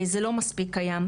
זה לא מספיק קיים.